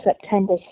September